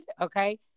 okay